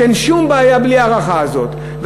שאין שום בעיה בלי ההארכה הזאת,